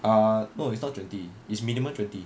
ah no it's not twenty it's minimum twenty